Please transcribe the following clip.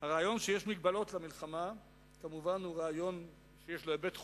הרעיון שיש מגבלות למלחמה הוא רעיון שיש לו היבט חוקי,